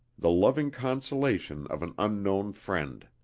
the loving consolation of an unknown friend.